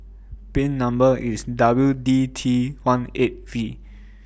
W D T one eight V